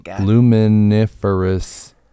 Luminiferous